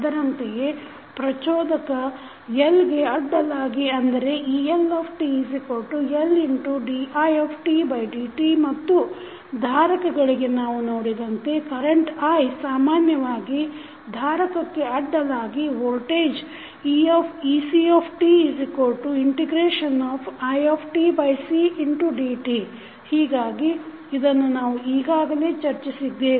ಅದರಂತೆಯೇ ಪ್ರಚೋಧಕ L ಗೆ ಅಡ್ಡಲಾಗಿ ಅಂದರೆ eLtLdidt ಮತ್ತು ಧಾರಕಗಳಿಗೆ ನಾವು ನೋಡಿದಂತೆ ಕರೆಂಟ್ i ಸಾಮಾನ್ಯವಾಗಿ ಧಾರಕಕ್ಕೆ ಅಡ್ಡಲಾಗಿ ವೋಲ್ಟೇಜ್ ectiCdt ಹೀಗಾಗಿ ಇದನ್ನು ನಾವು ಈಗಾಗಲೇ ಚರ್ಚಿಸಿದ್ದೇವೆ